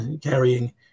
carrying